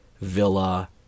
villa